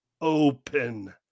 open